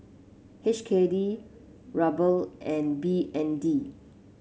H K D Ruble and B N D